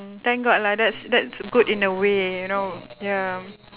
thank god lah that's that's good in a way you know ya